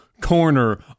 corner